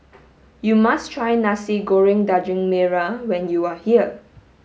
you must try Nasi Goreng Daging Merah when you are here